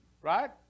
Right